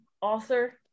author